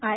I